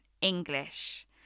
English